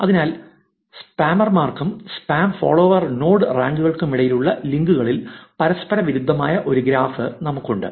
അതിനാൽ സ്പാമർമാർക്കും spam follower node റാങ്കുകൾക്കുമിടയിലുള്ള ലിങ്കുകളിൽ പരസ്പരവിരുദ്ധമായ ഒരു ഗ്രാഫ് നമുക്കുണ്ട്